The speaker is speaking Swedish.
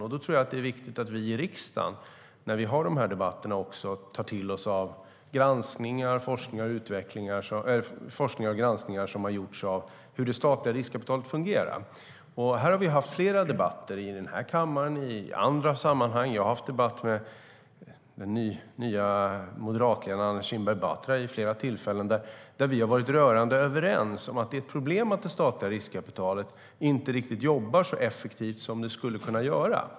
Jag tror att det är viktigt att vi i riksdagen, när vi har dessa debatter, tar till oss av forskning om och granskningar av hur det statliga riskkapitalet fungerar. Vi har haft flera debatter i den här kammaren och i andra sammanhang - jag har vid flera tillfällen haft debatter med nya moderatledaren Anna Kinberg Batra - där vi har varit rörande överens om att det är ett problem att det statliga riskkapitalet inte riktigt jobbar så effektivt som det skulle kunna göra.